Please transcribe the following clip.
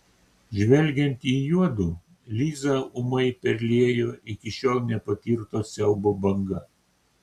žvelgiant į juodu lizą ūmai perliejo iki šiol nepatirto siaubo banga